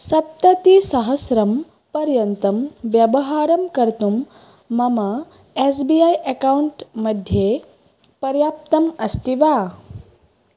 सप्ततिसहस्रं पर्यन्तं व्यवहारं कर्तुं मम एस् बी ऐ अक्कौण्ट् मध्ये पर्याप्तम् अस्ति वा